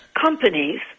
companies